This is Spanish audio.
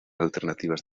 alternativas